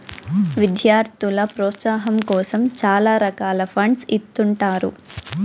విద్యార్థుల ప్రోత్సాహాం కోసం చాలా రకాల ఫండ్స్ ఇత్తుంటారు